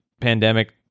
pandemic